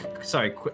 Sorry